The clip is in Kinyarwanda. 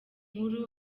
nkuru